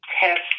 test